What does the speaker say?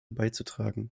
beizutragen